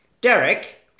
Derek